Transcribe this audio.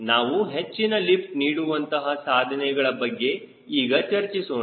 ನಾವು ಹೆಚ್ಚಿನ ಲಿಫ್ಟ್ ನೀಡುವಂತಹ ಸಾಧನಗಳ ಬಗ್ಗೆ ಈಗ ಚರ್ಚಿಸೋಣ